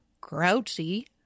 grouchy